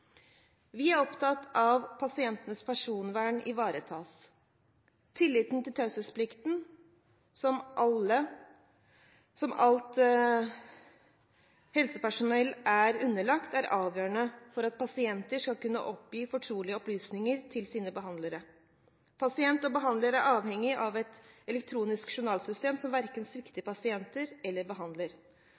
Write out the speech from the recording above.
Vi er opptatt av at pasientenes personvern ivaretas. Tilliten til taushetsplikten som alt helsepersonell er underlagt, er avgjørende for at pasienter skal kunne oppgi fortrolige opplysninger til sine behandlere. Pasient og behandler er avhengig av et elektronisk journalsystem som verken svikter pasient eller behandler.